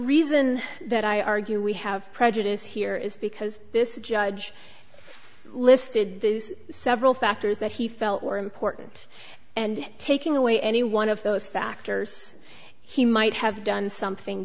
reason that i argue we have prejudice here is because this judge listed several factors that he felt were important and taking away any one of those factors he might have done something